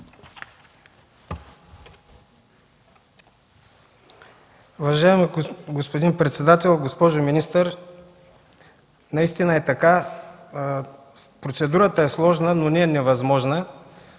Уважаеми господин председател, госпожо министър! Наистина е така, процедурата е сложна, но не е невъзможна.